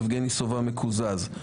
יבגני סובה מקוזז.